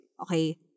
Okay